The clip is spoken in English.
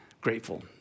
grateful